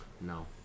No